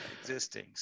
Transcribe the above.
existing